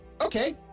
Okay